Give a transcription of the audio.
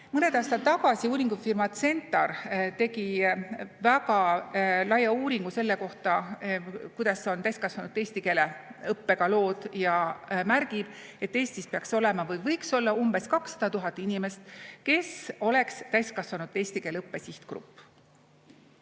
Mõned aastad tagasi uuringufirma CentAR tegi väga laia uuringu selle kohta, kuidas on lood täiskasvanute eesti keele õppega. Ja märgib, et Eestis peaks olema või võiks olla umbes 200 000 inimest, kes oleks täiskasvanute eesti keele õppe sihtgrupp.